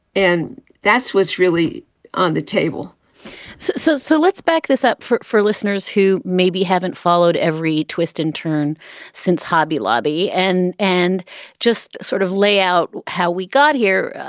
and that's what's really on the table so so so let's back this up for for listeners who maybe haven't followed every twist and turn since hobby lobby and and just sort of lay out how we got here.